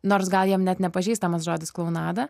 nors gal jiem net nepažįstamas žodis klounadą